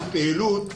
על פעילות,